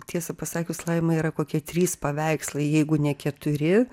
tiesą pasakius laima yra kokie trys paveikslai jeigu ne keturi